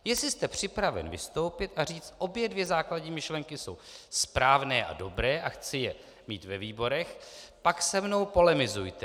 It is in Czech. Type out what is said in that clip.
Jestli jste připraven vystoupit a říct obě základní myšlenky jsou správné a dobré a chci je mít ve výborech, pak se mnou polemizujte.